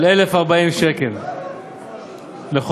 על 1,040 שקל לחודש.